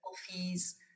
fees